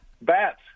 Bats